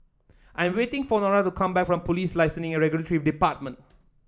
I am waiting for Nora to come back from Police Licensing and Regulatory Department